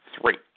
three